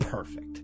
Perfect